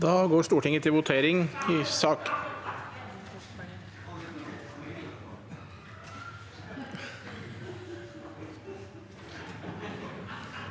Stortinget går til votering i sakene